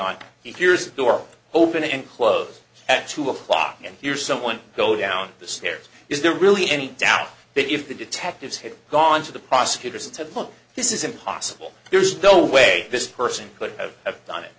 hears door open and close at two o'clock and hear someone go down the stairs is there really any doubt that if the detectives had gone to the prosecutors to point this is impossible there's no way this person could have done it